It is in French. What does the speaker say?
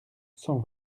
cent